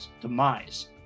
demise